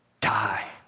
die